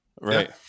Right